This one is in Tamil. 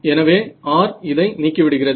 எனவே r இதை நீக்கிவிடுகிறது